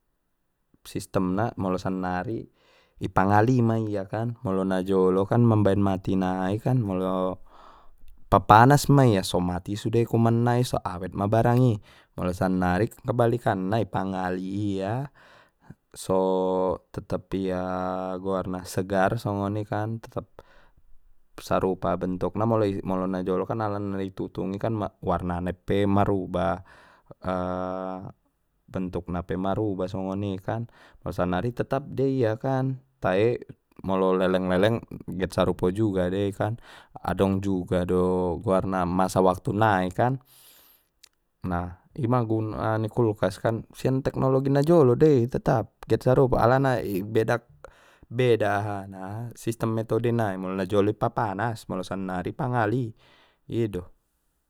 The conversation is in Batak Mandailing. Sistem na molo sannari i pangali ma ia kan molo na jolo kan mabaen mati nai kan molo papanas ma ia so mati sude kuman nai so awet ma barang i molo sannari kebalikan na i pangali ia so tetap ia goar na segar songoni kan tetap sarupa bentukna molo-molo na jolokan alana i tutung i kan warna na pe marubah bentukna pe marubah songoni kan molo sannari tetap dei ia kan tae molo leleng-leleng get sarupo juga dei kan adong juga do goarna masa waktu nai kan, nah ima guna ni kulkas sian teknologi na jolo dei tetap get sarupo alana i bedak-beda ahana sistem metode nai molo na jolo i papanas molo sannari ipangali i do.